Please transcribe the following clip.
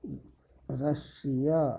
Russia